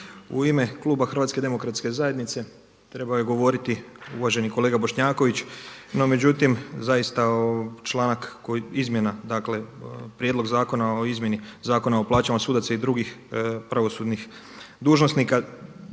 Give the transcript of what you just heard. U ime Kluba Hrvatske demokratske zajednice trebao je govoriti uvaženi kolega Bošnjaković, no međutim zaista članak izmjena, dakle, prijedlog Zakona o izmjeni Zakona o plaćama sudaca i drugih pravosudnih dužnosnika,